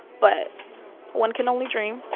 but one can only dream.